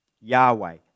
Yahweh